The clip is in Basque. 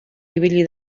ibili